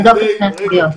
נבדוק את שתי הסוגיות.